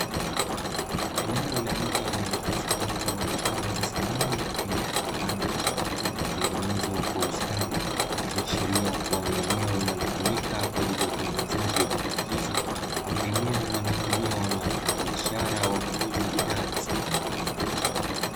Eneo la nje lenye mkusanyiko wa bidhaa za samani aina ya vitanda vilivyotengenezwa kwa ustadi, ikiashiria kuwa ni eneo linalotumika kwa ajili ya utengenezaji wa bidhaa hizo ama eneo linalotumiwa na wafanyibiashara wa kuuza bidhaa za samani.